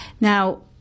Now